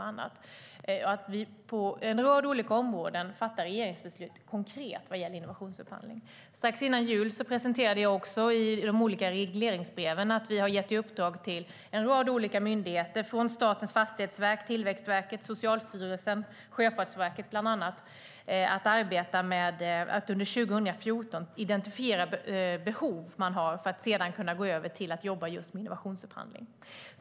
Vi fattar konkreta regeringsbeslut om innovationsupphandling på en rad olika områden. Strax före jul presenterade jag regleringsbrev till en rad olika myndigheter, bland andra Statens fastighetsverk, Tillväxtverket, Socialstyrelsen och Sjöfartsverket. Dessa har fått i uppdrag att under 2014 identifiera behov för att sedan kunna gå över till att jobba med innovationsupphandling.